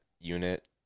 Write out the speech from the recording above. unit